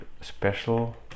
special